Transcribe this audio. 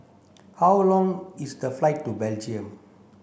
how long is the flight to Belgium